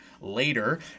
later